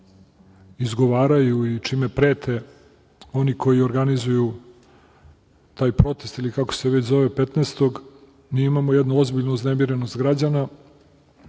izgovaraju i čime prete oni koji organizuju taj protest ili kako se već zove 15. marta mi imamo jednu ozbiljnu uznemirenost građana,